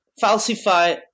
falsify